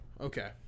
Okay